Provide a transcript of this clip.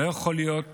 לא יכול להיות